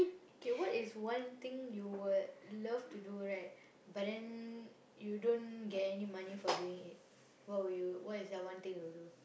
okay what is one thing you would love to do right but then you don't get any money for doing it what will you what is the one thing that you would do